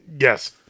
Yes